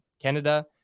canada